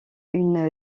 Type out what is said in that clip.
une